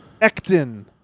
Ecton